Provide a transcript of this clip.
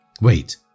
Wait